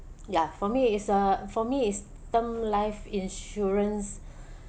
ya for me is uh for me is term life insurance